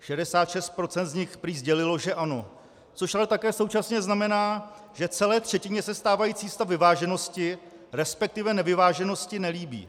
66 % z nich prý sdělilo, že ano, což ale také současně znamená, že celé třetině se stávající stav vyváženosti, resp. nevyváženosti nelíbí.